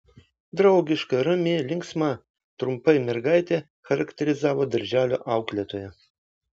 draugiška rami linksma trumpai mergaitę charakterizavo darželio auklėtoja